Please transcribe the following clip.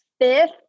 fifth